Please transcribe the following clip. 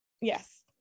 Yes